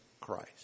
Christ